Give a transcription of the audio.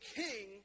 king